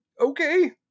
Okay